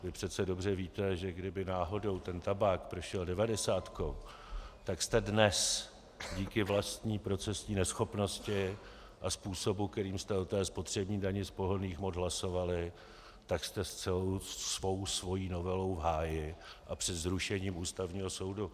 Vy přece dobře víte, že kdyby náhodou ten tabák prošel devadesátkou, tak jste dnes díky vlastní procesní neschopnosti a způsobu, kterým jste o té spotřební dani z pohonných hmot hlasovali, tak jste s celou svojí novelou v háji a před zrušením Ústavního soudu.